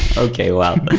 okay. well,